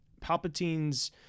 Palpatine's